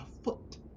afoot